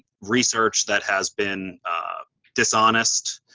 research that has been dishonest.